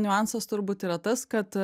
niuansas turbūt yra tas kad